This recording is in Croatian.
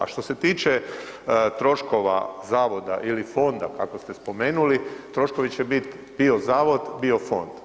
A što se tiče troškova zavoda ili fonda kako ste spomenuli, troškovi će biti bio zavod, bio fond.